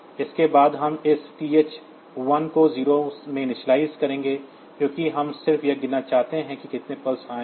इसके बाद हम इस TH1 को 0 में इनिशियलाइज़ करेंगे क्योंकि हम सिर्फ यह गिनना चाहते हैं कि कितने पल्स आए हैं